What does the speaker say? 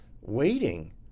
waiting